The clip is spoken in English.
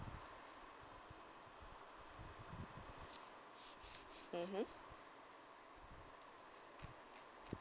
mmhmm